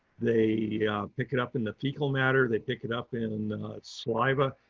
they pick it up in the fecal matter they pick it up in saliva,